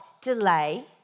delay